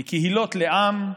מקהילות לעם,